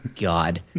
god